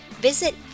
Visit